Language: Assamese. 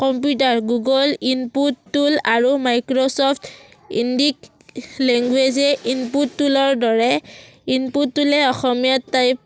কম্পিউটাৰ গুগল ইনপুট টুল আৰু মাইক্ৰ'চফ্ট ইণ্ডিক লেংগুৱেজে ইনপুট টুলৰ দৰে ইনপুট টুলে অসমীয়াত টাইপ